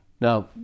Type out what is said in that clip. Now